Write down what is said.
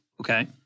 okay